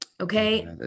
okay